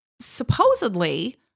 supposedly